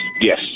yes